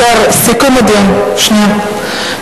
שנייה.